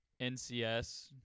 ncs